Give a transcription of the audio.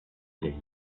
lenti